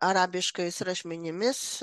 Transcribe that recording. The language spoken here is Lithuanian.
arabiškais rašmenimis